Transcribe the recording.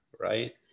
right